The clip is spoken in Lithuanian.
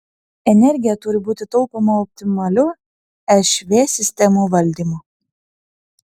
energija turi būti taupoma optimaliu šv sistemų valdymu